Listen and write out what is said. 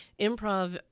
Improv